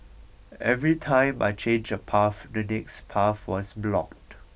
every time I changed a path the next path was blocked